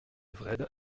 wrede